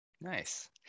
Nice